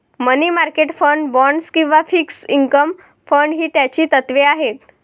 मनी market fund, bonds किंवा fixed income fund ही त्याची तत्त्वे आहेत